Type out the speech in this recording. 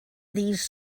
these